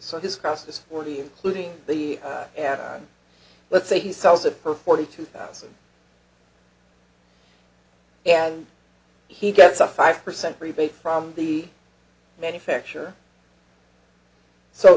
so his cost is forty including the anaheim let's say he sells it for forty two thousand and he gets a five percent rebate from the manufacturer so